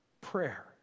prayer